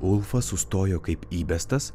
ulfas sustojo kaip įbestas